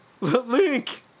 Link